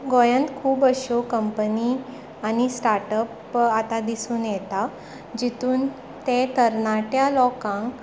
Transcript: गोंयांत खूब अस्यो कंपनी आनी स्टार्ट अप आतां दिसून येता जितून ते तरणाट्या लोकांक